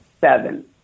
seven